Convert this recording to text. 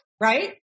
right